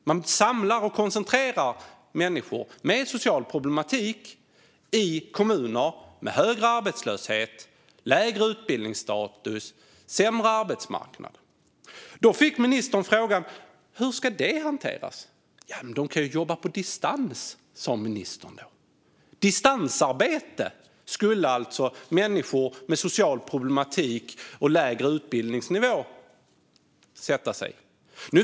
Man samlar och koncentrerar människor med social problematik i kommuner med högre arbetslöshet, lägre utbildningsstatus och sämre arbetsmarknad. Ministern fick frågan: Hur ska det hanteras? Ja, de kan ju jobba på distans, sa ministern. Distansarbete var alltså det som människor med social problematik och lägre utbildningsnivå skulle sätta sig i.